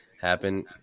happen